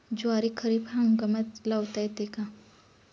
ज्वारी खरीप हंगामात लावता येते का?